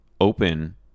open